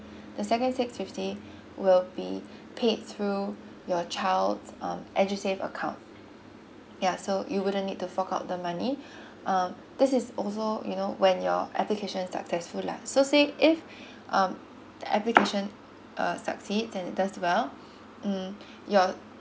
the second six fifty will be paid through your child um edusave account yeah so you wouldn't need to fork out the money um this is also you know when your application successful lah so say if um the application uh succeed and does well um your